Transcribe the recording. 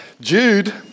Jude